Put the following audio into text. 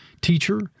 teacher